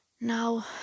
Now